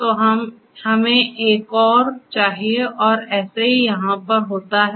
तो हमें एक और चाहिए और ऐसे ही यहां पर होता है